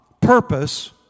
purpose